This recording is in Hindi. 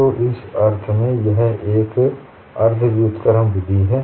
तो इस अर्थ में यह एक अर्ध व्युत्क्रम विधि है